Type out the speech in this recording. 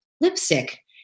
lipstick